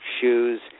shoes